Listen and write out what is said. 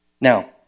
Now